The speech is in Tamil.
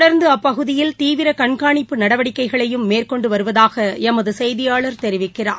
தொடா்ந்து அப்பகுதியில் தீவிர கண்காணிப்பு நடவடிக்கைகளையும் மேற்கொண்டு வருவதாக எமது செய்தியாளர் தெரிவிக்கிறார்